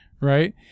Right